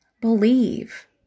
Believe